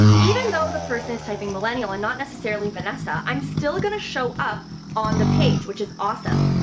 even though the person is typing millennial and not necessarily vanessa, i'm still going to show up on the page, which is awesome.